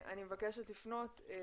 אני מבקשת לפנות אל